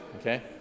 okay